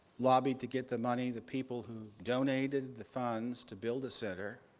lobbied to get the money, the people who donated the funds to build a center,